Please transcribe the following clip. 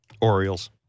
Orioles